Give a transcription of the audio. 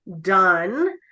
done